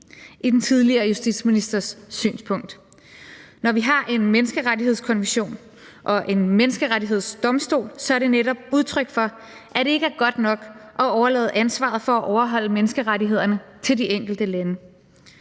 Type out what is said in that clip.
i den tidligere justitsministers synspunkt. Når vi har en Menneskerettighedskonvention og en Menneskerettighedsdomstol, er det netop udtryk for, at det ikke er godt nok at overlade ansvaret for at overholde menneskerettighederne til de enkelte lande.